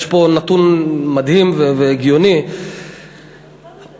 יש פה נתון מדהים והגיוני: עובד,